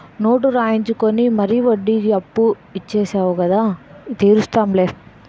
note రాయించుకుని మరీ వడ్డీకి అప్పు ఇచ్చేవు కదా తీరుస్తాం లే